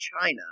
China